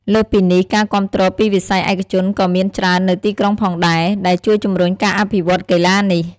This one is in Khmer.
លើសពីនេះ ការគាំទ្រពីវិស័យឯកជនក៏មានច្រើននៅទីក្រុងផងដែរ ដែលជួយជំរុញការអភិវឌ្ឍកីឡានេះ។